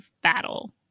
battle